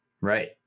Right